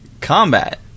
Combat